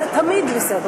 תמיד בסדר.